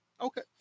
Okay